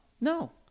no